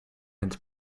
and